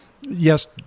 Yes